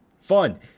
Fun